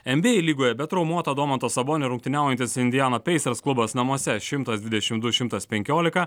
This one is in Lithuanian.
nba lygoje be traumuoto domanto sabonio rungtyniaujantis indiana pacers klubas namuose šimtas dvidešim du šimtas penkiolika